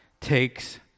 takes